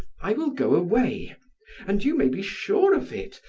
i will go away and you may be sure of it,